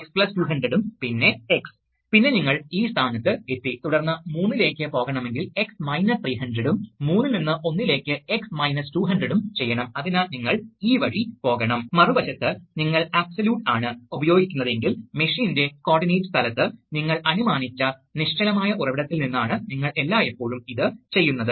ഈ സാഹചര്യത്തിൽ ഞങ്ങൾ 4 മുതൽ 20 മില്ലിയാംപിയർ വരെ നൽകി ഇത് മറ്റെന്തെങ്കിലും ആകാം തുടർന്ന് അവ ഒരു ഡിജിറ്റൽ കൺട്രോളറിൽ ഏറ്റെടുക്കുന്നു അതിനാൽ ഒടുവിൽ ഡിജിറ്റൽ കൺട്രോളർ വാൽവ്ൻറെ നിയന്ത്രണത്തിനായി പ്രയോഗിക്കേണ്ട ആവശ്യമായ ശക്തി കണക്കാക്കുന്നു